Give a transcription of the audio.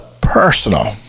personal